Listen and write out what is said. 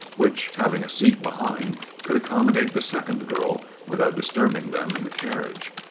which having a seat behind, could accommodate the second girl without disturbing them in the carriage.